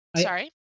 Sorry